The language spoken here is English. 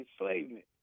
enslavement